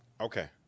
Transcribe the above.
okay